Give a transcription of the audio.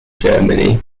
germany